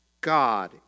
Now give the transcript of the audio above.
God